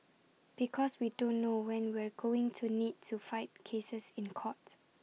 because we don't know when we're going to need to fight cases in court